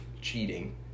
cheating